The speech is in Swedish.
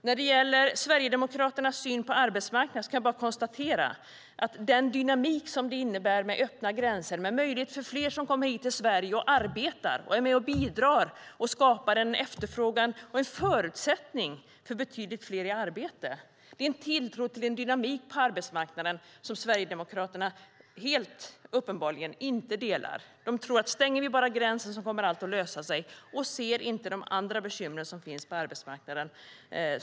När det gäller Sverigedemokraternas syn på arbetsmarknaden kan jag konstatera att en dynamik med öppna gränser innebär en möjlighet för fler att komma hit till Sverige och arbeta, vara med och bidra, skapa en efterfrågan och är en förutsättning för betydligt fler i arbete. Det är en tilltro till en dynamik på arbetsmarknaden som Sverigedemokraterna uppenbarligen inte delar. De tror att om gränserna stängs kommer allt att lösa sig, och de ser inte de andra bekymren som finns på arbetsmarknaden.